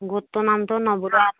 গোটটো নামটো নৱোদ